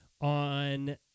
on